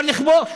אפשר לכבוש.